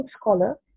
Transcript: scholar